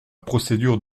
procédure